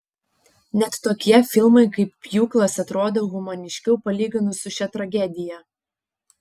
net tokie filmai kaip pjūklas atrodo humaniškiau palyginus su šia tragedija